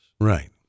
Right